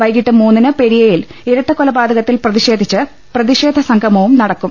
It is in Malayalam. വൈകീട്ട് മൂന്നിന് പെരിയയിൽ ഇരട്ടക്കൊലപാതക ത്തിൽ പ്രതിഷേധിച്ച് പ്രതിഷേധ സംഗമവും നടക്കും